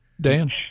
Dan